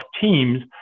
Teams